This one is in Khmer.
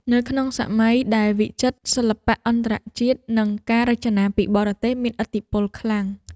នៅក្នុងសម័យដែលវិចិត្រសិល្បៈអន្តរជាតិ និងការរចនាពីបរទេសមានឥទ្ធិពលខ្លាំង